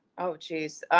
oh, geez,